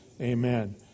Amen